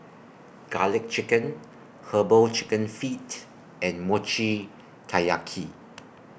Garlic Chicken Herbal Chicken Feet and Mochi Taiyaki